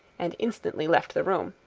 and instantly left the room,